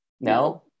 no